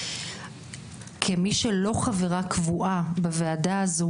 כמי שלא חברה קבועה בוועדה הזאת,